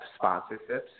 sponsorships